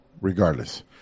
regardless